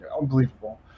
Unbelievable